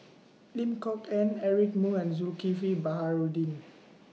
Lim Kok Ann Eric Moo and Zulkifli Baharudin